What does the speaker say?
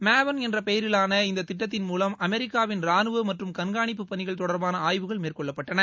மாவன் என்ற பெயரிலான இந்த திட்டத்தின் மூலம் அமெரிக்காவின் ரானுவ மற்றும் கண்காணிப்பு பணிகள் தொடர்பான ஆய்வுகள் மேற்கொள்ளப்பட்டன